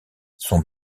son